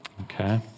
Okay